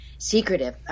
Secretive